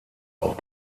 auch